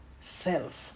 self